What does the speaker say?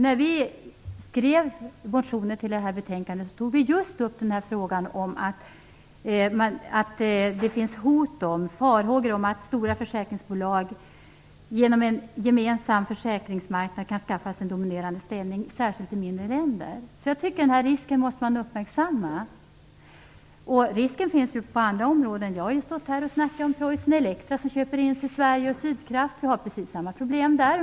När vi skrev motioner till detta betänkande tog vi upp att det finns farhågor för att stora försäkringsbolag genom en gemensam försäkringsmarknad kan skaffa sig dominerande ställning, särskilt i mindre länder. Denna risk måste man uppmärksamma, tycker jag. Risker finns också på andra områden. Jag har stått här och talat om Preussen Elektra som köper in sig i Sverige och Sydkraft. Vi har precis samma problem där.